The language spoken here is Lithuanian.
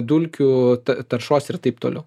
dulkių taršos ir taip toliau